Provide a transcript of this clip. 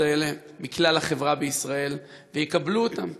האלה מכלל החברה בישראל ויקבלו אותם,